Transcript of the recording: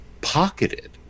pocketed